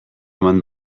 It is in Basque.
eman